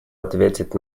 ответить